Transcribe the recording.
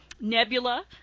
Nebula